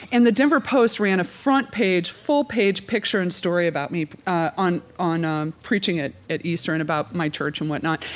and the denver post ran a front-page, full-page picture and story about me on on ah preaching at easter, and about my church and whatnot.